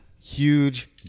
Huge